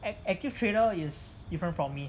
an active trader is different from me